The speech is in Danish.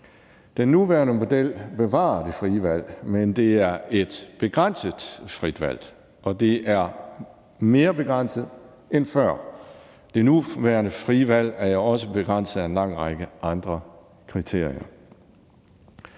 Den nuværende model bevarer det frie valg, men det er et begrænset frit valg, og det er mere begrænset end før. Det nuværende frie valg er jo også begrænset af en lang række andre kriterier.